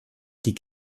die